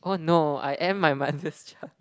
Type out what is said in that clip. oh no I am my mother's child